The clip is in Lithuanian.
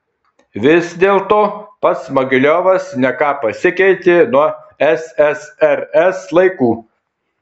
vis dėlto pats mogiliavas ne ką pasikeitė nuo ssrs laikų